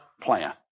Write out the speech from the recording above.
plan